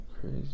crazy